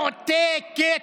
לאותה הצעה מועתקת.